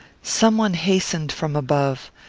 some one hastened from above.